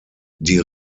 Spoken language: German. die